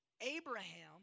Abraham